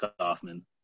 Kaufman